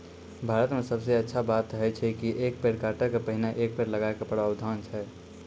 भारत मॅ सबसॅ अच्छा बात है छै कि एक पेड़ काटै के पहिने एक पेड़ लगाय के प्रावधान छै